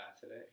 today